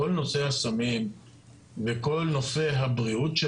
את כל נושא הסמים ואת כל נושא הבריאות של